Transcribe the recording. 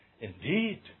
indeed